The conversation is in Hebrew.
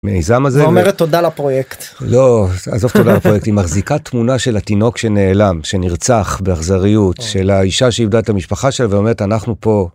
מיזם הזה אומרת לפרויקט לא עזוב תודה לפרויקט היא מחזיקה תמונה של התינוק שנעלם שנרצח באכזריות של האישה שאיבדה את המשפחה שלו ואומרת אנחנו פה.